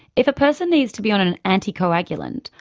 if a person needs to be on an anticoagulant,